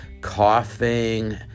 coughing